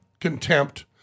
contempt